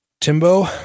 Timbo